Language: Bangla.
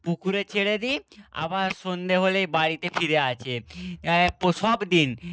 পুকুরে ছেড়ে দিই আবার সন্ধে হলেই বাড়িতে ফিরে আসে সব দিন